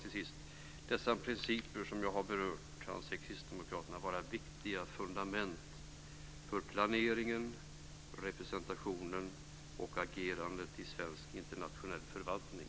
Till sist vill jag säga att de principer som jag har berört anser kristdemokraterna vara viktiga fundament för planeringen, representationen och agerandet i svensk internationell förvaltning.